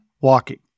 walking